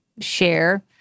share